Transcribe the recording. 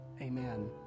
Amen